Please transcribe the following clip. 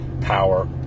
power